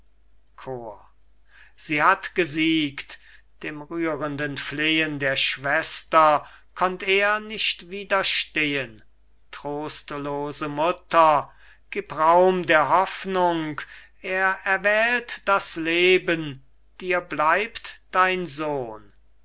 sie hat gesiegt dem rührenden flehen der schwester konnt er nicht widerstehen trostlose mutter gieb raum der hoffnung er erwählt das leben die bleibt dein sohn